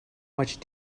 much